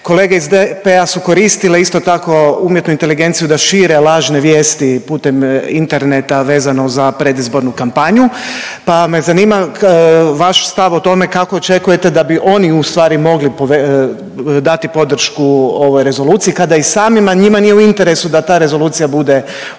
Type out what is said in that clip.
Kolege iz DP-a su koristile isto tako umjetnu inteligenciju da šire lažne vijesti putem interneta vezano za predizbornu kampanju pa me zanima vaš stav o tome kako očekujete da bi oni u stvari mogli dati podršku ovoj rezoluciji kada i samima njima nije u interesu da ta rezolucija bude usvojena